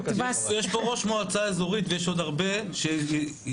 ראש מועצה אזורית ויש עוד הרבה שיסבירו